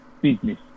business